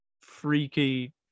freaky